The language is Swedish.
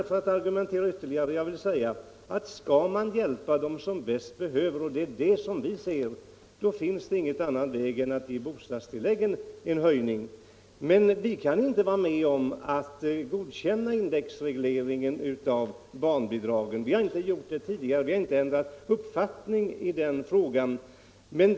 För att argumentera ytterligare vill jag säga att skall man hjälpa dem som bäst behöver stöd finns det som vi ser det ingen annan väg än att höja bostadsstödet, men vi kan inte vara med om att godkänna en indexreglering av barnbidragen. Det har vi inte gjort tidigare, och vi har inte ändrat uppfattning i den frågan.